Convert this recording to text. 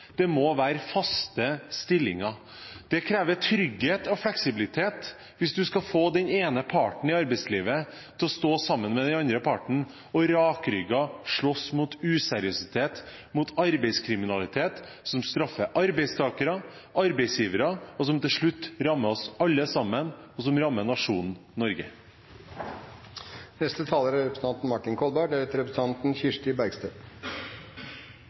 må være faste stillinger. Det krever trygghet og fleksibilitet hvis du skal få den ene parten i arbeidslivet til å stå sammen med den andre parten og slåss rakrygget mot useriøsitet, mot arbeidskriminalitet som straffer arbeidstakere og arbeidsgivere, og som til slutt rammer oss alle sammen, og som rammer nasjonen Norge.